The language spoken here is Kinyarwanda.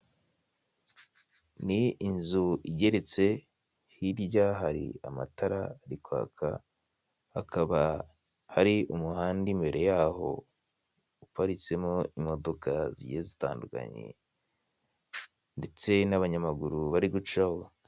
Ni inzu igeretse hirya hari amatara ari kwaka, hakaba hari umuhanda imbere yaho uparitsemo imodoka zigiye zitandukanye ndetse n'abanyamaguru bari gucaho.